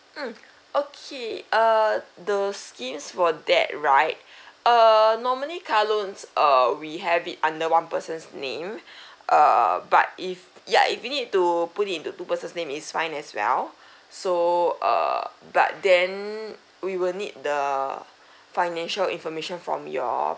mm okay uh the scheme for that right err normally car loans err we have it under one person's name err but if ya if you need to put it into two person's name is fine as well so err but then we will need the financial information from your